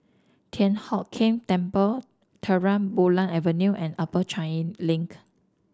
Thian Hock Keng Temple Terang Bulan Avenue and Upper Changi Link